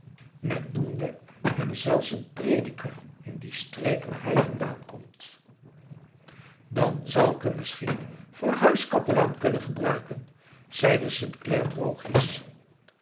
men noemde hem zelfs een prediker in die streek waar hij vandaan komt dan zou ik hem misschien voor huiskapelaan kunnen gebruiken zeide st clare droogjes